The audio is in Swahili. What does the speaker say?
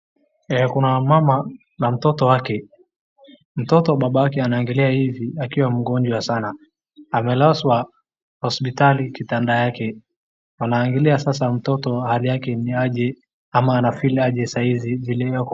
Kuna mama na mtoto wake, mtoto babake anaangalia hivi akiwa mgonjwa sana, amelazwa hospitali kitanda yake. Wanaangalia mtoto sasa hali yake ni aje ama ana feel aje saizi vile.